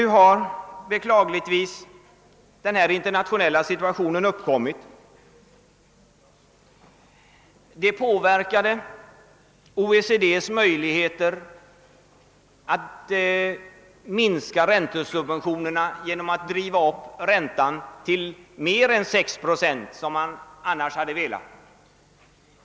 Nu har beklagligtvis denna internationella situation uppkommit. OECD:s möjligheter att minska räntesubventionerna har påverkats, därför att räntan drivits upp till mer än de 6 procent som man önskade.